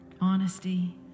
honesty